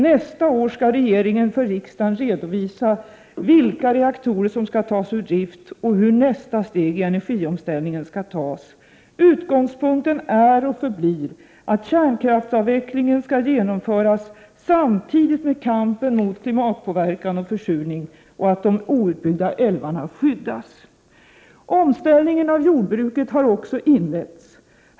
Nästa år skall regeringen för riksdagen redovisa vilka reaktorer som skall tas ur drift och hur nästa steg i energiomställningen skall tas. Utgångspunkten är och förblir att kärnkraftsavvecklingen skall genomföras samtidigt med kampen mot klimatpåverkan och försurning och samtidigt som de outbyggda älvarna skyddas. Omställningen av jordbruket har också inletts.